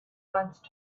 once